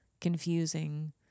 confusing